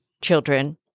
children